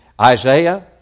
Isaiah